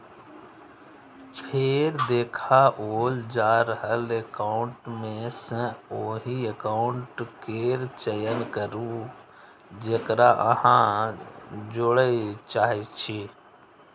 फेर देखाओल जा रहल एकाउंट मे सं ओहि एकाउंट केर चयन करू, जेकरा अहां जोड़य चाहै छी